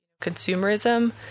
consumerism